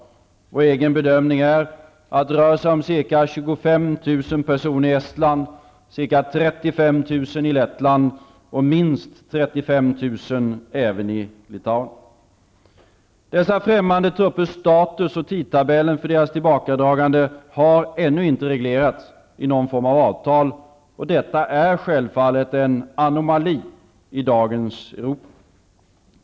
Vår egen bedömning är att det rör sig om ca 25 000 personer i Estland, ca 35 000 i Lettland och minst 35 000 även i Litauen. Dessa främmande truppers status och tidtabellen för deras tillbakadragande har ännu inte reglerats i någon form av avtal. Detta är självfallet en anomali i dagens Europa.